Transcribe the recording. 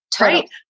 right